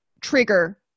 trigger